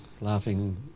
laughing